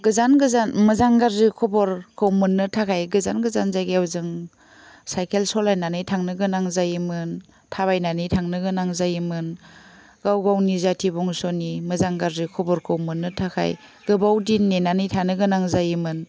गोजान गोजान मोजां गाज्रि खबरखौ मोन्नो थाखाय गोजान गोजान जायगायाव जों साइकेल सलायनानै थांनो गोनां जायोमोन थाबायनानै थांनो गोनां जायोमोन गाव गावनि जाथि बंस'नि मोजां गाज्रि खबरखौ मोन्नो थाखाय गोबाव दिन नेनानै थानो गोनां जायोमोन